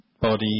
body